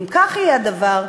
אם כך יהיה הדבר,